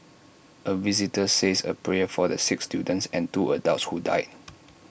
A visitor says A prayer for the six students and two adults who died